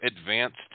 advanced